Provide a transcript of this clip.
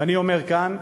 ואני אומר כאן: